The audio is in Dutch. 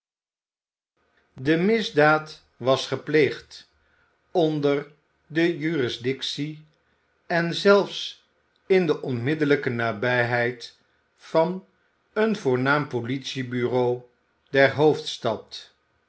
de misdaad was gepleegd onder de jurisdictie en zelfs in de onmiddellijke nabijheid van een voornaam politie-bureau der hoofdstad